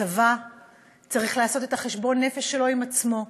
הצבא צריך לעשות את חשבון הנפש שלו עם עצמו,